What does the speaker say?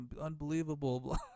unbelievable